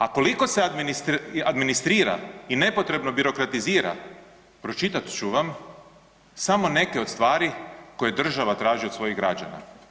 A koliko se administrira i nepotrebno birokratizira pročitat ću vam samo neke od stvari koje država traži od svojih građana.